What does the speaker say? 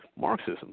Marxism